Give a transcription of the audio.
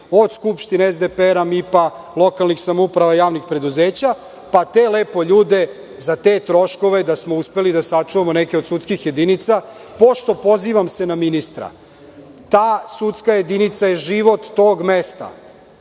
od Skupštine, SDPR, MIP, lokalnih samouprava, javnih preduzeća, pa te ljude lepo za te troškove da smo uspeli da sačuvamo neke od sudskih jedinica, pošto se pozivam na ministra: „Ta sudska jedinica je život tog mesta.